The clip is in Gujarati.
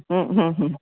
હમ હમ હમ